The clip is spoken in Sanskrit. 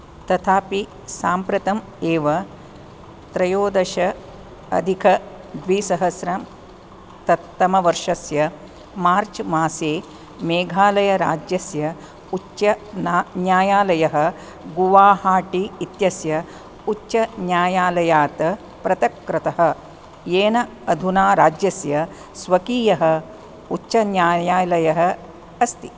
तथापि साम्प्रतम् एव त्रयोदश अधिकद्विसहस्रं तत् तमवर्षस्य मार्च् मासे मेघालयराज्यस्य उच्च ना न्यायालयः गुवाहाटी इत्यस्य उच्चन्यायालयात् पृथक् कृतः येन अधुना राज्यस्य स्वकीयः उच्चन्यायालयः अस्ति